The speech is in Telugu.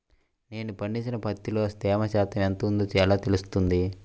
నేను పండించిన పత్తిలో తేమ శాతం ఎంత ఉందో ఎలా తెలుస్తుంది?